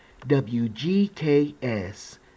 WGKS